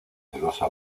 celoso